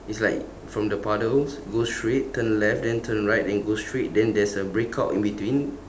it's like from the puddles go straight turn left then turn right then go straight then there's a breakout in between